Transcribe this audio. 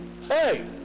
Hey